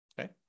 Okay